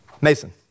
Mason